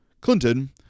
Clinton